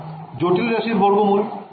জটিল রাশির বর্গমূল আবার একটা জটিল রাশই হয়